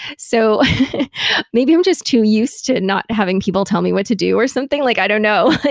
so maybe i'm just too used to not having people tell me what to do, or something, like i don't know.